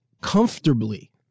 comfortably